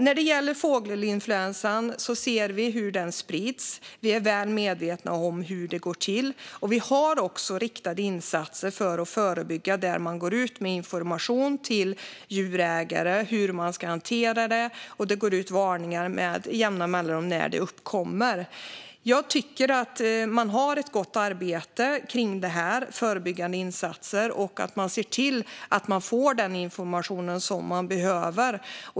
När det gäller fågelinfluensan ser vi hur den sprids. Vi är väl medvetna om hur det går till. Det görs också riktade insatser för att förebygga där man går ut med information till djurägare om hur detta ska hanteras. Med jämna mellanrum, när detta uppkommer, går det ut varningar. Jag tycker att man har ett gott arbete med förebyggande insatser kring detta. Man ser också till att människor får den information de behöver.